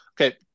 Okay